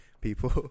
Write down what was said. people